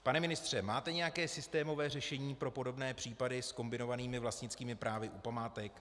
Pane ministře, máte nějaké systémové řešení pro podobné případy s kombinovanými vlastnickými právy u památek?